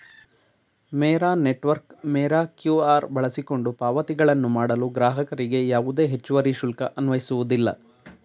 ಮೇರಾ network ಮೇರಾ QR ಬಳಸಿಕೊಂಡು ಪಾವತಿಗಳನ್ನು ಮಾಡಲು ಗ್ರಾಹಕರಿಗೆ ಯಾವುದೇ ಹೆಚ್ಚುವರಿ ಶುಲ್ಕ ಅನ್ವಯಿಸುವುದಿಲ್ಲ